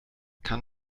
kann